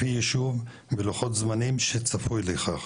לפי יישוב ולוחות זמנים שצפוי לכך,